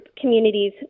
communities